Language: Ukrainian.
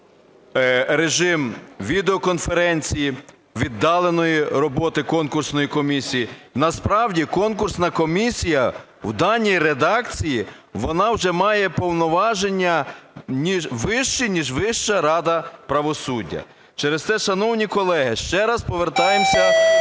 режим відеоконференції, віддаленої роботи конкурсної комісії. Насправді конкурсна комісія в даній редакції, вона вже має повноваження вищі, ніж Вища рада правосуддя. Через те, шановні колеги, ще раз повертаємося